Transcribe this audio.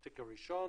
התיק הראשון,